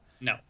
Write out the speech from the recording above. no